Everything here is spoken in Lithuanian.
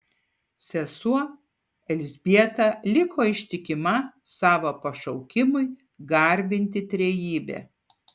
sesuo elzbieta liko ištikima savo pašaukimui garbinti trejybę